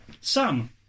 Sam